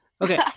Okay